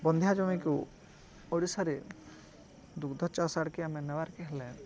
ବନ୍ଧ୍ୟା ଜମିକୁ ଓଡ଼ିଶାରେ ଦୁଗ୍ଧ ଚାଷ୍ ଆଡ଼୍କେ ଆମେ ନେବାର୍କେ ହେଲେ